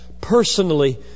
personally